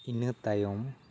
ᱤᱱᱟᱹ ᱛᱟᱭᱚᱢ